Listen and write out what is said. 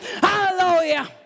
Hallelujah